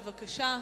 בבקשה.